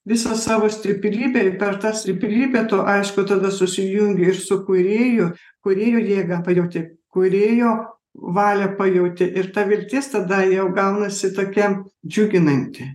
visą savo stiprybę ir per tą stiprybę tu aišku tada susijungi ir su kūrėju kūrėjo jėgą pajauti kūrėjo valią pajauti ir ta viltis tada jau gaunasi tokia džiuginanti